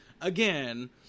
again